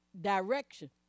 direction